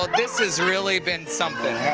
this has really been something.